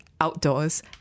outdoors